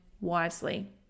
wisely